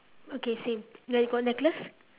okay same then you got necklace